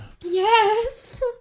Yes